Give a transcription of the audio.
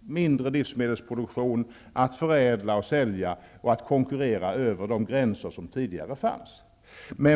mindre livsmedelsproduktion, att förädla och sälja och att konkurrera över de gränser som tidigare fanns.